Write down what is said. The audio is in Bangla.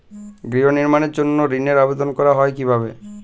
গৃহ নির্মাণের জন্য ঋণের আবেদন করা হয় কিভাবে?